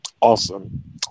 awesome